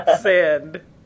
Sand